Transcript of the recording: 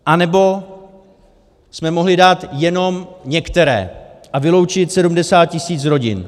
Anebo jsme mohli dát jenom některé a vyloučit 70 tisíc rodin.